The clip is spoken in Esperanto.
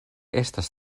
estas